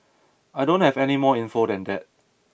I don't have any more info than that